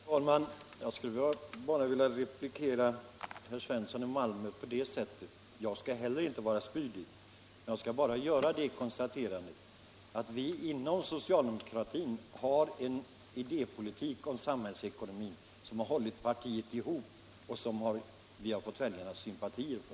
Herr talman! Jag skulle bara vilja replikera herr Svensson i Malmö — jag skall inte heller vara spydig - genom att göra det konstaterandet att vi inom socialdemokratin har en idépolitik beträffande samhällsekonomin som har hållit ihop partiet och som vi har fått väljarnas sympatier för.